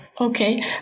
Okay